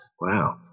Wow